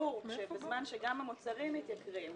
כשברור שבזמן שגם המוצרים מתייקרים,